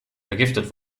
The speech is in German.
vergiftet